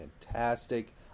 fantastic